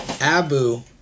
Abu